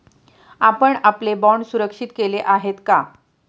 आपण आपले बाँड सुरक्षित केले आहेत का?